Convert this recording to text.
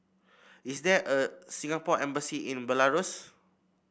is there a Singapore Embassy in Belarus